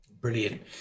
Brilliant